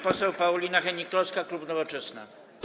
Poseł Paulina Hennig-Kloska, klub Nowoczesna.